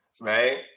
Right